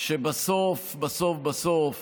שבסוף בסוף בסוף